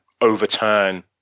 overturn